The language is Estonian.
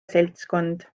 seltskond